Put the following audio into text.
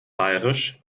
bairisch